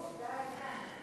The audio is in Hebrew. זהו, שלא היה כיבוש, זה העניין.